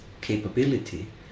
capability